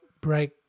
break